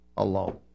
alone